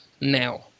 now